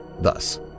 thus